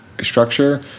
structure